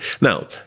Now